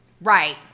Right